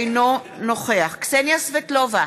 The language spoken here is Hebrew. אינו נוכח קסניה סבטלובה,